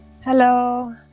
Hello